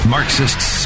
Marxists